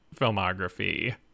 filmography